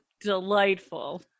delightful